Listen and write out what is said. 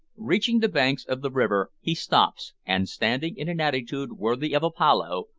reaching the banks of the river, he stops, and, standing in an attitude worthy of apollo,